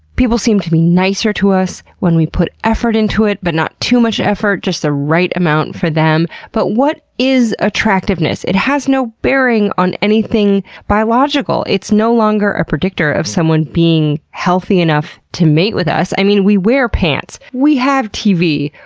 people seem to be nicer to us when we put effort into it. but not too much effort. just the right amount for them. but what is attractiveness? it has no bearing on anything biological. it's no longer a predictor of someone being healthy enough to mate with us. i mean, we wear pants, we have tv,